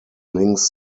links